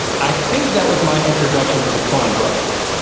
um i think that was my introduction to the coen brothers.